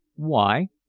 why?